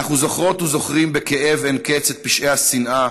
אנחנו זוכרות וזוכרים בכאב אין קץ את פשעי השנאה,